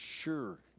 sure